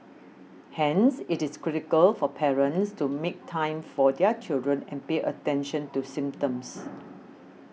hence it is critical for parents to make time for their children and pay attention to symptoms